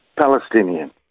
Palestinian